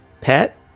Pet